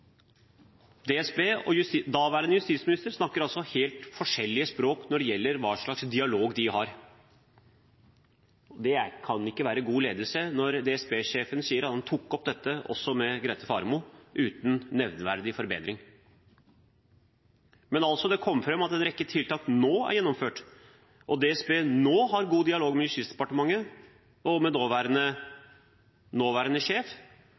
DSB var god og konstruktiv. DSB-sjefen selv sa at dialogen ikke var god, men anstrengt. Jeg vet ikke i hvilken verden dette er synonymer. Da snakker man to helt forskjellige språk. Daværende justisminister og beredskapssjefen snakker altså helt forskjellige språk når det gjelder hva slags dialog de har. Det kan ikke være god ledelse når DSB-sjefen sier at han tok opp dette med Grete Faremo uten at det ble nevneverdig forbedring. Det kom fram at en